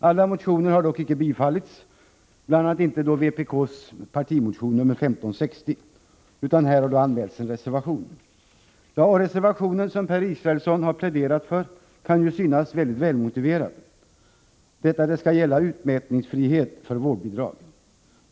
Alla motioner har dock icke tillstyrkts, bl.a. inte vpk:s partimotion 1360. Här har anmälts en reservation. Reservationen, som Per Israelsson har pläderat för, kan synas mycket välmotiverad. Den kräver att utmätningsfrihet skall gälla för vårdbidrag.